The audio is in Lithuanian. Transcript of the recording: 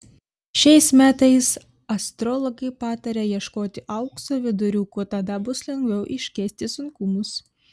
šiais metais astrologai pataria ieškoti aukso viduriuko tada bus lengviau iškęsti sunkumus